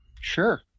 Sure